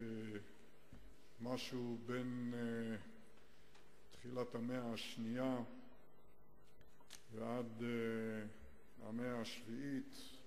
משהו בין תחילת המאה השנייה ועד המאה השביעית.